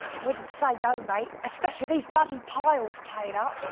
wouldn't say debate, especially these bloody piles plate up